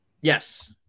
Yes